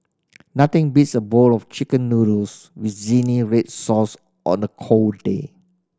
nothing beats a bowl of Chicken Noodles with zingy red sauce on a cold day